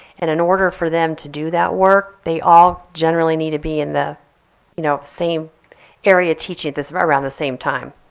and in order for them to do that work they all generally need to be in the you know same area teaching around the same time,